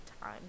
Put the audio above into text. time